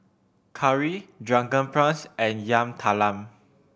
curry Drunken Prawns and Yam Talam